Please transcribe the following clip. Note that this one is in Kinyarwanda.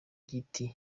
giti